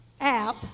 app